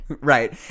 Right